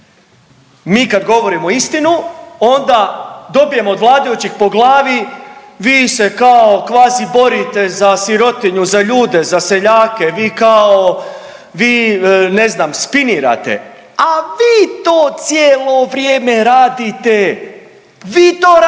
Mi kad govorimo istinu onda dobijemo od vladajućih po glavi vi se kao kvazi borite za sirotinju, za ljude, za seljake, vi kao, vi ne znam spinirate, a vi to cijelo vrijeme radite. Vi to radite.